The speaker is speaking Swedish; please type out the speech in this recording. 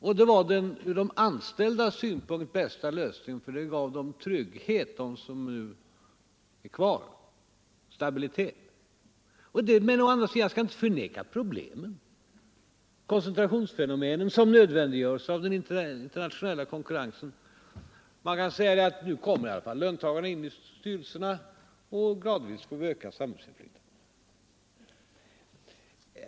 Det var också den ur de anställdas synpunkt bästa lösningen, för den gav trygghet och stabilitet åt dem som nu är kvar. Å andra sidan skall jag inte förneka problemen koncentrationsfenomenen som nödvändiggörs av den internationella konkurrensen. Men man kan säga att löntagarna nu i alla fall kommer in i styrelserna och att vi gradvis får ökat samhällsinflytande.